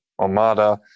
Omada